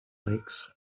lakes